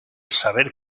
saber